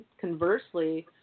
conversely –